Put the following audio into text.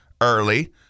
early